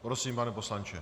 Prosím, pane poslanče.